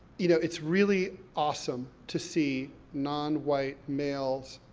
you know, it's really awesome to see non-white-males,